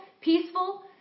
peaceful